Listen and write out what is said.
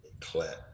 clap